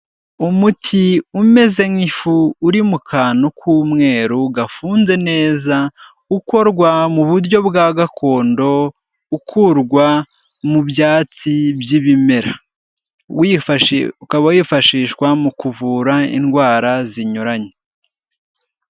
Umuti umeze nk'ifu uri mu kantu k'umweru gafunze neza, ukorwa mu buryo bwa gakondo ukurwa mu byatsi byibimera. Ukaba wifashishwa mu kuvura indwara zinyuranye.